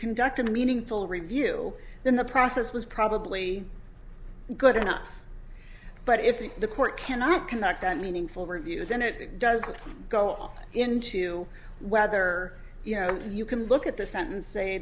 conduct a meaningful review in the process was probably good enough but if the court cannot conduct that meaningful review then it does go off into whether you know you can look at the sentenc